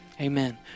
Amen